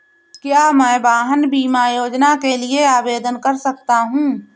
क्या मैं वाहन बीमा योजना के लिए आवेदन कर सकता हूँ?